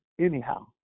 Anyhow